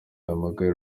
yahamagaye